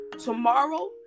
tomorrow